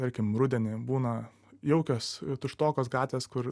tarkim rudenį būna jaukios tuštokos gatvės kur